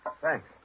Thanks